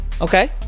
Okay